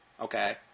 okay